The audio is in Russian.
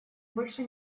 больше